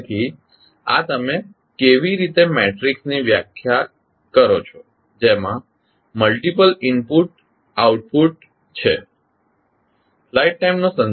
તેથી આ તમે કેવી રીતે મેટ્રિક્સ ની વ્યાખ્યા કરો છો જેમાં મલ્ટિપલ આઉટપુટ અને મલ્ટીપલ ઇનપુટ છે